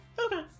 Okay